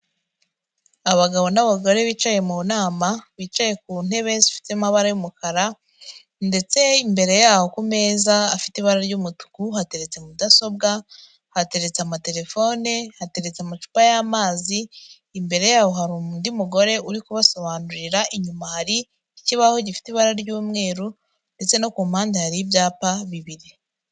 Abagabo n'abagore bicaye mu nama, bicaye ku ntebe zifite amabara y'umukara ndetse imbere yaho ku meza afite ibara ry'umutuku hateretse mudasobwa, hateretse amatelefone, hateretse amacupa y'amazi, imbere yaho hari undi mugore uri kubasobanurira inyuma hari ikibaho gifite ibara ry'umweru ndetse no ku mpande hari ibyapa bibiri.